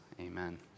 Amen